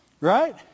right